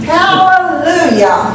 Hallelujah